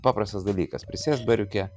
paprastas dalykas prisėst bariuke